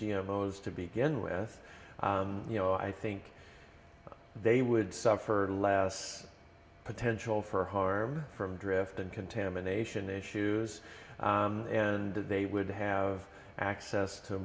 dmoz to began with you know i think they would suffer less potential for harm from drift and contamination issues and they would have access to